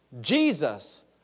Jesus